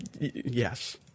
yes